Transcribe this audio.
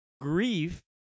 grief